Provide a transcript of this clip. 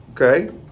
Okay